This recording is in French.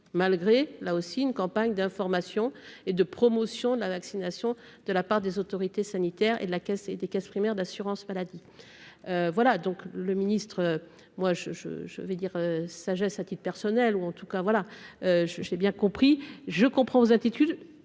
malgré, là aussi, une campagne d'information et de promotion de la vaccination de la part des autorités sanitaires et de la caisse et des caisses primaires d'assurance maladie, voilà donc le ministre, moi je, je, je vais dire sagesse a-t-il personnel ou en tout cas voilà. Je j'ai bien compris je comprends aux attitudes